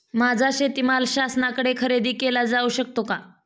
माझा शेतीमाल शासनाकडे खरेदी केला जाऊ शकतो का?